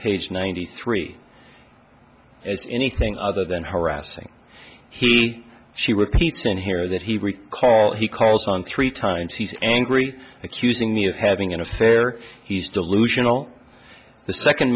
page ninety three as anything other than harassing he she repeats in here that he recall he calls on three times he's angry accusing me of having an affair he's delusional the second